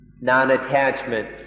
non-attachment